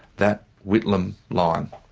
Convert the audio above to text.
that whitlam line.